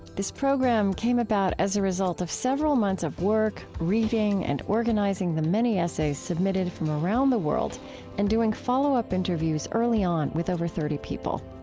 this program came about as a result of several months of work, reading and organizing the many essays submitted from around the world and doing follow-up interviews early on with over thirty people.